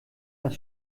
das